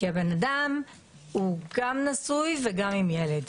כי הבן-אדם גם נשוי וגם עם ילד.